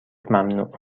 ممنوع